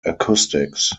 acoustics